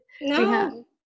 No